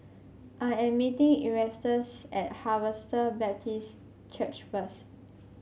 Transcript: I am meeting Erastus at Harvester Baptist Church first